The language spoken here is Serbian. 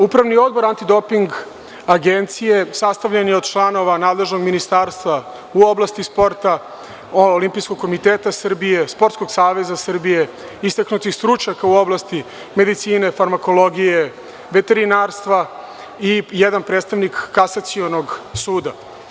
Upravni odbor Antidoping agencije sastavljen je od članova nadležnog ministarstva u oblasti sporta, Olimpijskog komiteta Srbije, Sportskog saveza Srbije, istaknutih stručnjaka u oblasti medicine, farmakologije, veterinarstva i jedan predstavnik Kasacionog suda.